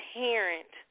parent